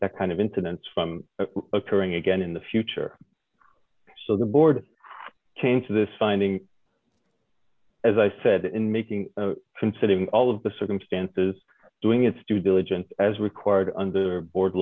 that kind of intimate from occurring again in the future so the board came to this finding as i said in making considering all of the circumstances doing its due diligence as required under board